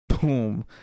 boom